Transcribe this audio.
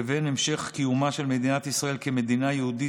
לבין המשך קיומה של מדינת ישראל כמדינה יהודית,